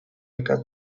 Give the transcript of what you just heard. ikas